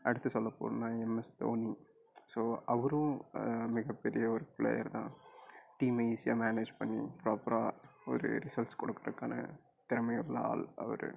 அடுத்து சொல்லப்போனால் MS Dhoni so அவரும் மிகப்பெரிய ஒரு பிளேயர் தான் டீம்மை ஈஸியாக மேனேஜ் பண்ணி ப்ராப்பராக ஒரு ரிசல்ட்ஸ் கொடுக்குறக்கான திறமை உள்ள ஆள் அவர்